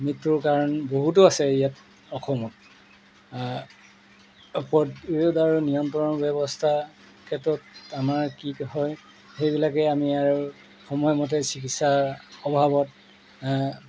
মৃত্যুৰ কাৰণ বহুতো আছে ইয়াত অসমত প্ৰতিৰোধ আৰু নিয়ন্ত্ৰণৰ ব্যৱস্থাৰ ক্ষেত্ৰত আমাৰ কি হয় সেইবিলাকেই আমি আৰু সময়মতে চিকিৎসাৰ অভাৱত